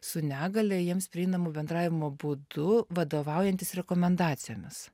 su negalia jiems prieinamu bendravimo būdu vadovaujantis rekomendacijomis